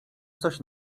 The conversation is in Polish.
coś